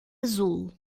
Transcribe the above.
azul